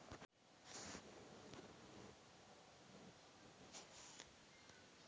UPI ಮೂಲಕ ಸಣ್ಣ ಪುಟ್ಟ ವಹಿವಾಟು ಮಾಡಬಹುದೇ?